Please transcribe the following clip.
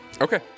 okay